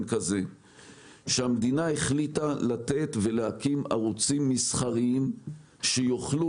כזה שהמדינה החליטה לתת ולהקים ערוצים מסחריים שיוכלו